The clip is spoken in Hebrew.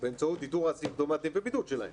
באמצעות איתור הסימפטומטיים ובידוד שלהם.